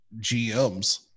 GMs